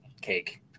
cake